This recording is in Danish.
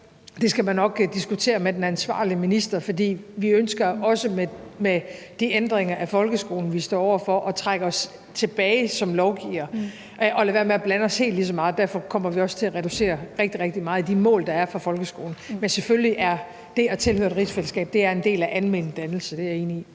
det, skal man nok diskutere med den ansvarlige minister. For vi ønsker også med de ændringer af folkeskolen, vi står over for, at trække os tilbage som lovgivere og lade være med at blande os helt lige så meget. Derfor kommer vi også til at reducere rigtig, rigtig meget i de mål, der er, for folkeskolen. Men selvfølgelig er det at tilhøre et rigsfællesskab en del af almendannelsen, det er jeg enig i.